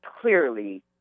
clearly